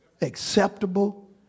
acceptable